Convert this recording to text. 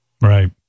Right